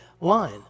line